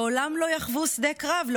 לעולם לא יחוו שדה קרב,